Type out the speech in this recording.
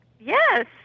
Yes